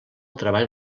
treball